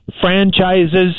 franchises